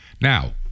Now